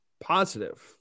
positive